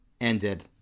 ended